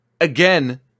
again